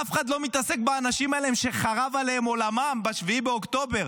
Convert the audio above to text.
אף אחד לא מתעסק באנשים האלה שחרב עליהם עולמם ב-7 באוקטובר.